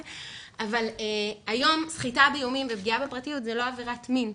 היום סחיטה באיומים ופגיעה בפרטיות הן לא עבירת מין.